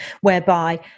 whereby